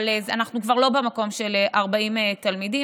אבל אנחנו כבר לא במקום של 40 תלמידים.